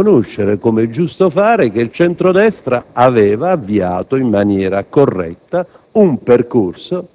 dovevamo riconoscere, come è giusto fare, che il centro-destra aveva avviato in maniera corretta un percorso